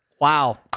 Wow